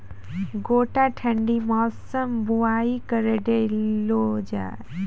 गोटा ठंडी मौसम बुवाई करऽ लो जा?